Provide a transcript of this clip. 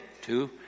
Two